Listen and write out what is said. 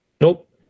Nope